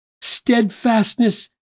Steadfastness